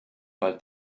bald